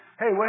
Hey